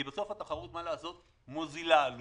כי בסוף התחרות מוזילה עלויות,